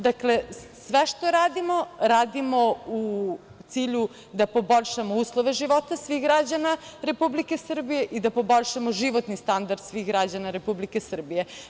Dakle, sve što radimo, radimo u cilju da poboljšamo uslove života svih građana Republike Srbije i da poboljšamo životni standard svih građana Republike Srbije.